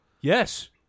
yes